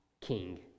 king